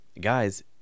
guys